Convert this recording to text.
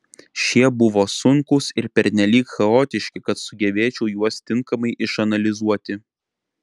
šie buvo sunkūs ir pernelyg chaotiški kad sugebėčiau juos tinkamai išanalizuoti